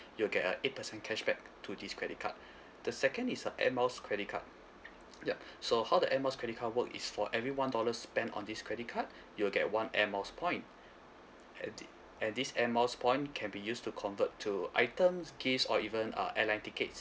you'll get a eight percent cashback to this credit card the second is a air miles credit card yup so how the air miles credit card work is for every one dollar spent on this credit card you'll get one air miles point and this and this air miles point can be used to convert to items gifts or even a airline tickets